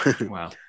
Wow